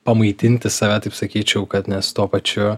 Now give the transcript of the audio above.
pamaitinti save taip sakyčiau kad nes tuo pačiu